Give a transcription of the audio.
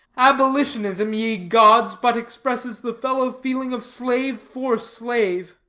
abolitionism, ye gods, but expresses the fellow-feeling of slave for slave.